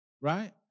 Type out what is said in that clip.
Right